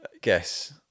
Guess